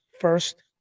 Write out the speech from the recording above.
first